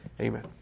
Amen